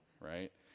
right